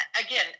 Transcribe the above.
again